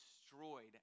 destroyed